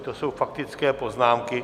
To jsou faktické poznámky.